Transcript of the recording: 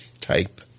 type